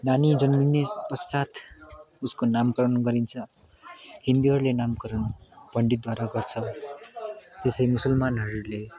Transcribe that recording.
नानी जन्मिने पश्चात् उसको नामकरण गरिन्छ हिन्दीहरूले नामकरण पण्डितद्वारा गर्छ जसै मुसलमानहरूले